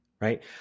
right